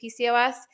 PCOS